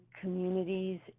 communities